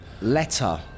Letter